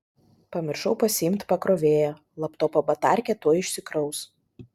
pamiršau pasiimt pakrovėją laptopo batarkė tuoj išsikraus